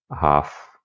half –